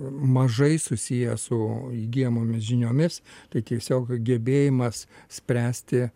mažai susiję su įgyjamomis žiniomis tai tiesiog gebėjimas spręsti